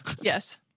Yes